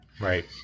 Right